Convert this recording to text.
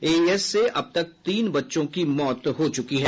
AES से अब तक तीन बच्चों की मौत हो चुकी है